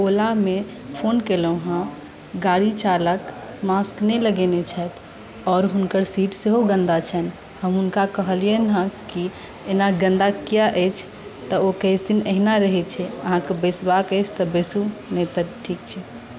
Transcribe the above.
हम ओला मे फोन केलहुँ हँ गाड़ी चालक मास्क नहि लगेने छथि आओर हुनकर सीट सेहो गन्दा छनि हम हुनका कहलियनि हँ कि एना गन्दा किया अछि तऽ ओ कहै छथिन एहिना रहै छै अहाँकेँ बैसबाकेँ अछि तऽ बैसु नहि तऽ ठीक छै